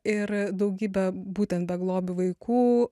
ir daugybė būtent beglobių vaikų